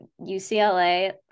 ucla